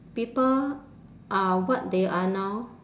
people are what they are now